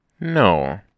No